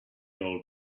old